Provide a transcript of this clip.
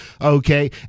okay